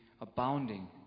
abounding